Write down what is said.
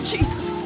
Jesus